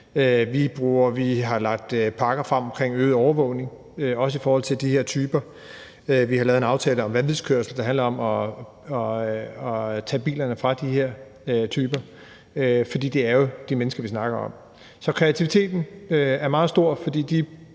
Vi har lagt pakker frem om øget overvågning af de her typer. Vi har lavet en aftale om vanvidskørsel, der handler om at tage bilerne fra de her typer, for det er jo de mennesker, vi snakker om. Så kreativiteten er meget stor, for de